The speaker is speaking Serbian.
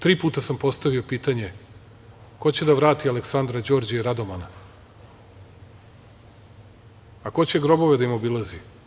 Tri puta sam postavio pitanje – ko će da vrati Aleksandra, Đorđa i Radomana, a ko će grobove da im obilazi?